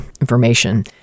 information